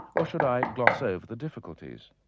or should i gloss over the difficulties?